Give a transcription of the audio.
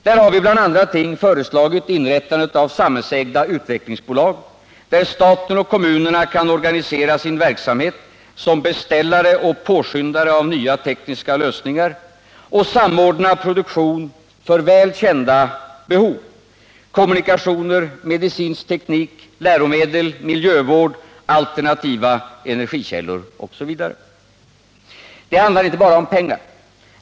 Där har vi bland andra ting föreslagit inrättandet av samhällsägda utvecklingsbolag, där staten och kommunerna kan organisera sin verksamhet som beställare och påskyndare av nya tekniska lösningar och samordna produktion för väl kända allmänna behov — kommunikationer, medicinsk teknik, läromedel, miljövård, alternativa energikällor osv. Det handlar inte bara om pengar.